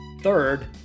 third